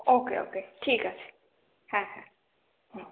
ও কে okay ঠিক আছে হ্যাঁ হ্যাঁ হুম